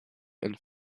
and